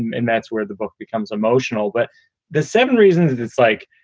and that's where the book becomes emotional. but the seven reasons that it's like,